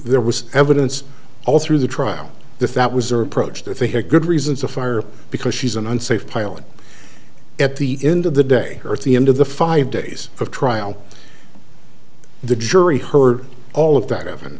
there was evidence all through the trial that was are approached if they had good reasons to fire because she's an unsafe pilot at the end of the day or at the end of the five days of trial the jury heard all of that